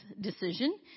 decision